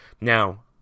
Now